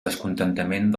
descontentament